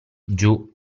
giù